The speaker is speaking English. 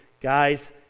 guys